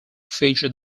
featured